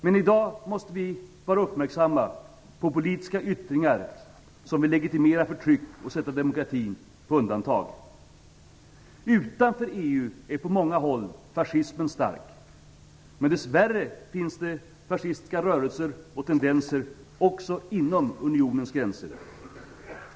Men också i dag måste vi vara uppmärksamma på politiska yttringar som vill legitimera förtryck och sätta demokratin på undantag. Utanför EU är på många håll fascismen stark. Dess värre finns det fascistiska rörelser och tendenser också inom unionens gränser.